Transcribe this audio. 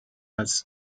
als